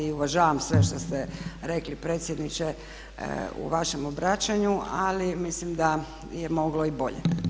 Uvažavam sve što ste rekli predsjedniče u vašem obraćanju ali mislim da je moglo i bolje.